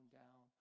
down